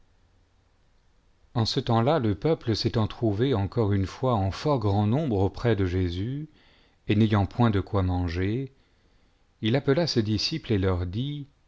en ce temps-là le peuple s'étant trouvé encore une fois en fort grand nombre auprès de jésus et n'ayant point de quoi manger il appela ses disciples et leur dit